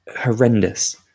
horrendous